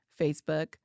Facebook